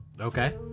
okay